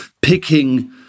picking